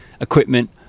equipment